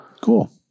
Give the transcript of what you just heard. Cool